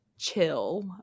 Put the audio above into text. chill